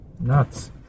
nuts